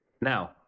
Now